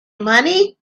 money